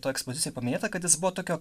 toj ekspozicijoj paminėta kad jis buvo tokio